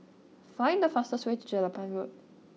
find the fastest way to Jelapang Road